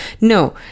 No